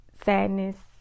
sadness